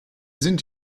sind